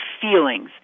feelings